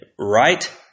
Right